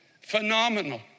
Phenomenal